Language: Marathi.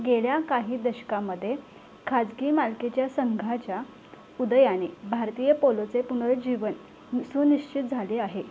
गेल्या काही दशकांमध्ये खाजगी मालकीच्या संघाच्या उदयाने भारतीय पोलोचे पुनरूज्जीवन सुनिश्चित झाले आहे